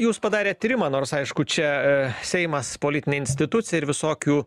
jūs padarėt tyrimą nors aišku čia seimas politinė institucija ir visokių